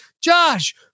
Josh